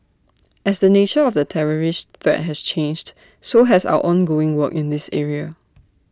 as the nature of the terrorist threat has changed so has our ongoing work in this area